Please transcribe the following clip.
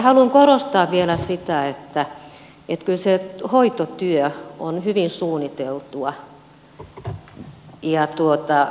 haluan korostaa vielä sitä että kyllä se hoitotyö on hyvin suunniteltua ja ennakkoon mietittyä